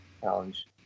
Challenge